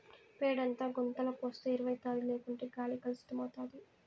పేడంతా గుంతల పోస్తే ఎరువౌతాది లేకుంటే గాలి కలుసితమైతాది